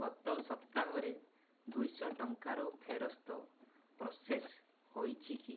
ଗତ ସପ୍ତାହରେ ଦୁଇଶହ ଟଙ୍କାର ଫେରସ୍ତ ପ୍ରସେସ ହୋଇଛିକି